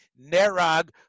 nerag